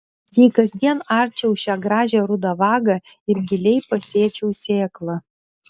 jei kasdien arčiau šią gražią rudą vagą ir giliai pasėčiau sėklą